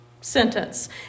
sentence